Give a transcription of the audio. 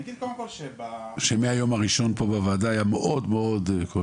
אז אני אגיד רק משפט אחד ואז אעביר את רשות הדיבור